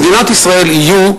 במדינת ישראל יהיו,